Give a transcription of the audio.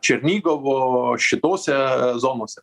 černigovo šitose zonose